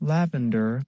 Lavender